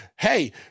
Hey